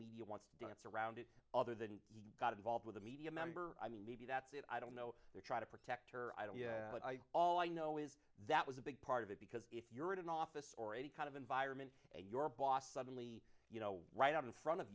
media want to dance around it other than he got involved with the media member i mean maybe that's it i don't know they're trying to protect her i don't know but i all i know is that was a big part of it because if you're in an office or any kind of environment and your boss suddenly you know right in front of